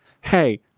hey